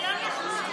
תוסיף אותו לתוצאה.